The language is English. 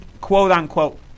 quote-unquote